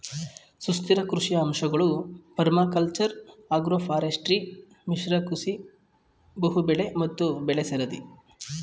ಸುಸ್ಥಿರ ಕೃಷಿಯ ಅಂಶಗಳು ಪರ್ಮಾಕಲ್ಚರ್ ಅಗ್ರೋಫಾರೆಸ್ಟ್ರಿ ಮಿಶ್ರ ಕೃಷಿ ಬಹುಬೆಳೆ ಮತ್ತು ಬೆಳೆಸರದಿ